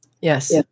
Yes